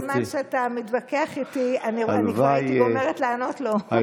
על הזמן שאתה מתווכח איתי אני כבר הייתי גומרת לענות לו.